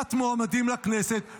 לפסילת מועמדים לכנסת.